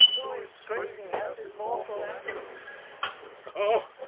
who is screaming as in mortal agony o!